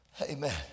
amen